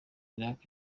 iraq